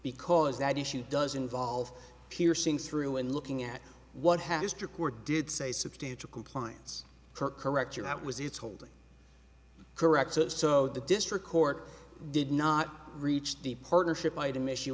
because that issue does involve piercing through and looking at what has to core did say substantial compliance per correct your that was its holding correct so so the district court did not reach the partnership item issue